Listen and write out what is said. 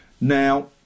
Now